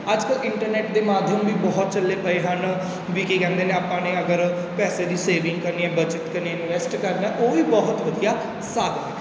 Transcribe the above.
ਅੱਜ ਕੱਲ੍ਹ ਇੰਟਰਨੈੱਟ ਦੇ ਮਾਧਿਅਮ ਵੀ ਬਹੁਤ ਚੱਲੇ ਪਏ ਹਨ ਵੀ ਕੀ ਕਹਿੰਦੇ ਨੇ ਆਪਾਂ ਨੇ ਅਗਰ ਪੈਸੇ ਦੀ ਸੇਵਿੰਗ ਕਰਨੀ ਹੈ ਬੱਚਤ ਕਰਨੀ ਇਨਵੈਸਟ ਕਰਨਾ ਉਹ ਵੀ ਬਹੁਤ ਵਧੀਆ ਸਾਧਨ ਹੈ